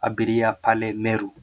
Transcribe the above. abiria pale Meru.